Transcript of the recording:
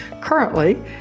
Currently